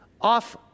off